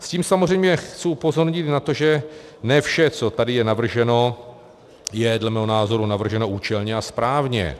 S tím samozřejmě chci upozornit na to, že ne vše, co je tady navrženo, je dle mého názoru navrženo účelně a správně.